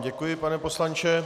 Děkuji pane poslanče.